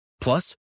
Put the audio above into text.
Plus